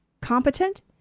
competent